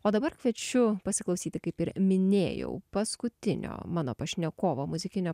o dabar kviečiu pasiklausyti kaip ir minėjau paskutinio mano pašnekovo muzikinio